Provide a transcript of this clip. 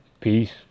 Peace